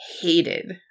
hated